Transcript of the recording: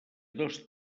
dos